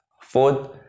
fourth